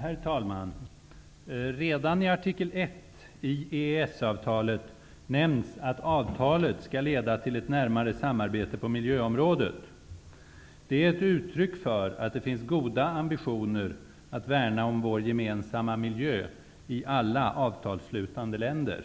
Herr talman! Redan i artikel 1 i EES-avtalet nämns att avtalet skall leda till ett närmare samarbete på miljöområdet. Det är ett uttryck för att det finns goda ambitioner att värna om vår gemensamma miljö i alla avtalsslutande länder.